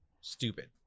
stupid